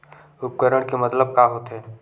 उपकरण के मतलब का होथे?